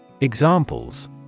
Examples